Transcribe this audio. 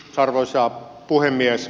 arvoisa puhemies